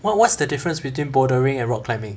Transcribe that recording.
what what's the difference between bouldering and rock climbing